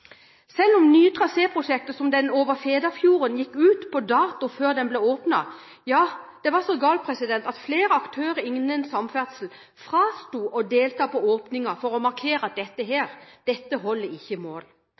Selv nye traséprosjekter går ut på dato før de blir åpnet, som broen over Fedafjorden. Det var så galt at flere aktører innen samferdsel avsto fra å delta på åpningen for å markere at dette holdt ikke mål.